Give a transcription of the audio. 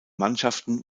mannschaften